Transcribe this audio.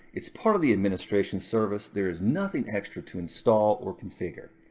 it's part of the administration service. there is nothing extra to install or configure.